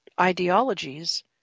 Ideologies